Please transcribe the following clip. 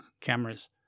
cameras